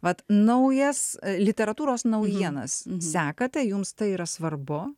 mat naujas literatūros naujienas sekate jums tai yra svarbu